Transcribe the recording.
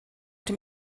dem